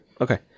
Okay